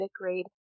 grade